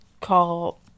call